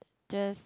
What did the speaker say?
just